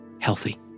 healthy